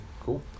Cool